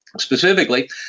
Specifically